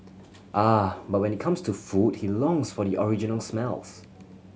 ah but when it comes to food he longs for the original smells